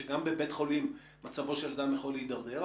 שגם בבית החולים מצבו של אדם יכול להידרדר.